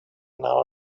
now